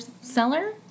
seller